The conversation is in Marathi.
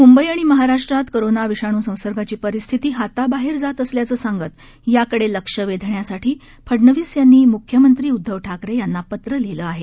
मुंबई आणि महाराष्ट्रात कोरोना विषाणू संसर्गांची परिस्थिती हाताबाहेर जात असल्याचं सांगत याकडे लक्ष वेधण्यासाठी फडणवीस यांनी मुख्यमंत्री उद्दव ठाकरे यांना पत्र लिहिलं आहे